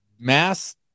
mass